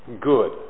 good